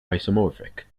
isomorphic